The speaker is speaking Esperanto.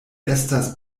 estas